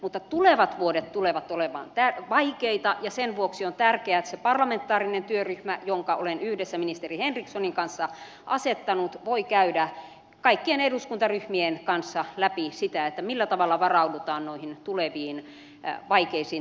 mutta tulevat vuodet tulevat olemaan vaikeita ja sen vuoksi on tärkeää että se parlamentaarinen työryhmä jonka olen yhdessä ministeri henrikssonin kanssa asettanut voi käydä kaikkien eduskuntaryhmien kanssa läpi sitä millä tavalla varaudutaan noihin tuleviin vaikeisiin talouskehyksiin